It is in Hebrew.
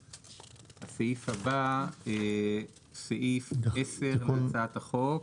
אושר הסעיף הבא סעיף 10 להצעת החוק,